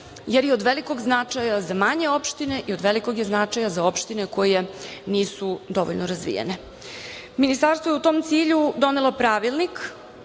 jer je od velikog značaja za manje opštine i od velikog je značaja za opštine koje nisu dovoljno razvijene. Ministarstvo je u tom cilju doneo pravilnik,